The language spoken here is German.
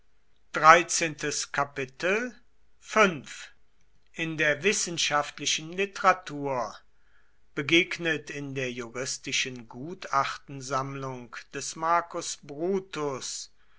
in der wissenschaftlichen literatur begegnet in der juristischen gutachtensammlung des marcus brutus